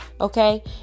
Okay